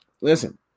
Listen